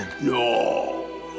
No